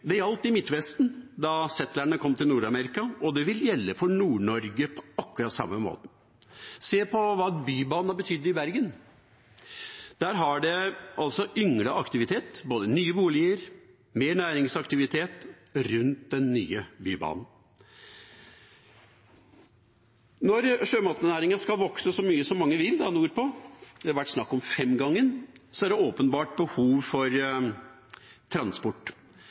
Det gjaldt i Midtvesten da settlerne kom til Nord-Amerika, og det vil gjelde for Nord-Norge på akkurat den samme måten. Se på hva Bybanen har betydd i Bergen. Der har det ynglet aktivitet, både nye boliger og mer næringsaktivitet, rundt den nye Bybanen. Når sjømatnæringen nordpå skal vokse så mye som mange vil, det har vært snakk om femgangen, er det åpenbart behov for transport.